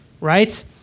Right